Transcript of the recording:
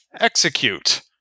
Execute